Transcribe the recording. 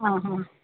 ആ ഹാ